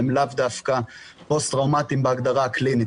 הם לאו דווקא פוסט-טראומתיים בהגדרה הקלינית.